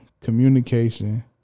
communication